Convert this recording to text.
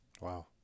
Wow